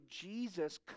Jesus